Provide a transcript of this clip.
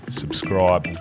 subscribe